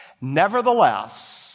nevertheless